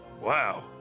Wow